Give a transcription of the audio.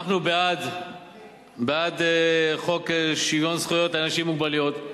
אנחנו בעד חוק שוויון זכויות לאנשים עם מוגבלות,